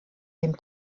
dem